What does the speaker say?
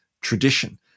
tradition